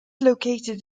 located